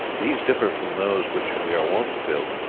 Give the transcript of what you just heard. these differ from those which we are wont to build,